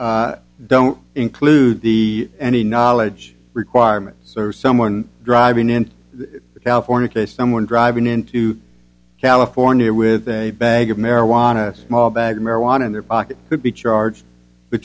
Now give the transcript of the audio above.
cases don't include the any knowledge requirements or someone driving in the california case someone driving into california with a bag of marijuana a small bag of marijuana in their pocket could be charged with